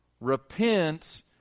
repent